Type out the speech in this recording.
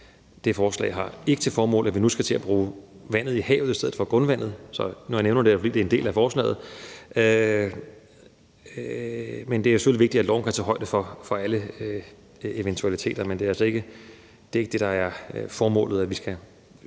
Det forslag har ikke til formål, at vi nu skal til at bruge vandet i havet i stedet for grundvandet. Når jeg nævner det, er det, fordi det er en del af forslaget, for det er selvfølgelig vigtigt, at loven kan tage højde for alle eventualiteter. Men det er altså ikke det, der er formålet, altså at vi skal